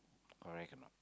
correct or not